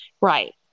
Right